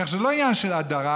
כך שזה לא עניין של הדרה.